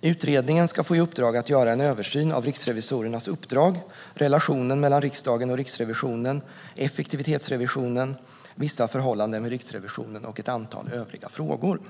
Utredningen ska få i uppdrag att göra en översyn av riksrevisorernas uppdrag, relationen mellan riksdagen och Riksrevisionen, effektivitetsrevisionen, vissa förhållanden vid Riksrevisionen och ett antal övriga frågor.